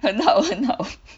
很好很好